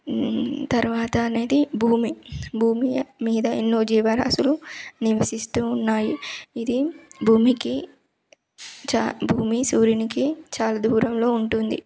తర్వాత అనేది భూమి భూమి మీద ఎన్నో జీవరాశులు నివసిస్తూ ఉన్నాయి ఇది భూమికి చా భూమి సూర్యునికి చాలా దూరంలో ఉంటుంది